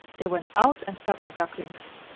they went out and fed their ducklings.